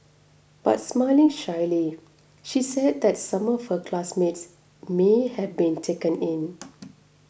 but smiling shyly she said that some of her classmates may have been taken in